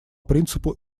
принципу